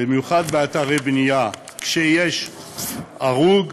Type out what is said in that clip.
במיוחד באתרי בנייה, כשיש הרוג,